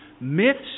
myths